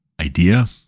idea